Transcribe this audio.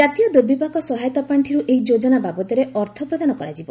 ଜାତୀୟ ଦୂର୍ବିପାକ ସହାୟତା ପାଖିରୁ ଏହି ଯୋଜନା ବାବଦରେ ଅର୍ଥ ପ୍ରଦାନ କରାଯିବ